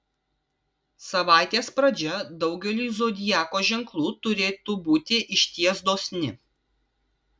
savaitės pradžia daugeliui zodiako ženklų turėtų būti išties dosni